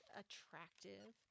attractive